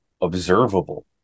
observable